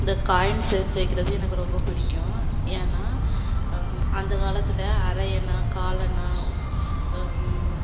இந்த காயின்ஸ் சேர்த்து வைக்கிறது எனக்கு ரொம்ப பிடிக்கும் ஏன்னா அந்த காலத்தில் அரையனா காலனா